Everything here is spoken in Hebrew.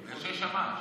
שמש.